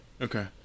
Okay